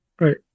Right